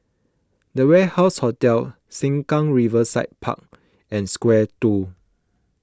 the Warehouse Hotel Sengkang Riverside Park and Square two